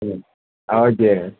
ம் ஆ ஓகே